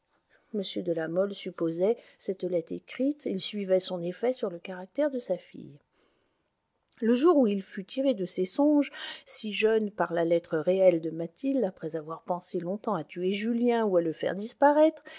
m de la mole supposait cette lettre écrite il suivait son effet sur le caractère de sa fille le jour où il fut tiré de ces songes si jeunes par la lettre réelle de mathilde après avoir pensé longtemps à tuer julien ou à le faire disparaître